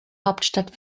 hauptstadt